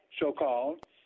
so-called